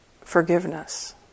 forgiveness